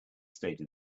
state